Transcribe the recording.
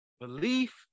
belief